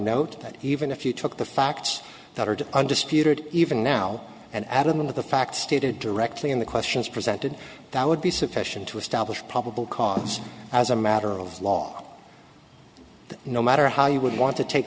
note that even if you took the facts that are undisputed even now and adam with the facts stated directly in the questions presented that would be sufficient to establish probable cause as a matter of law no matter how you would want to take